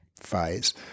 phase